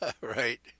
Right